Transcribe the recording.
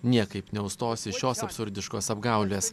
niekaip neužstosi šios absurdiškos apgaulės